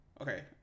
Okay